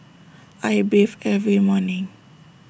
I bathe every morning